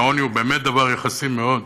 והעוני הוא באמת דבר יחסי מאוד,